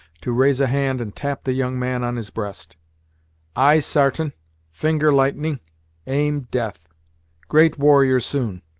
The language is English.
to raise a hand and tap the young man on his breast eye sartain finger lightning aim, death great warrior soon.